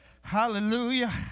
Hallelujah